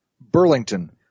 Burlington